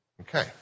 Okay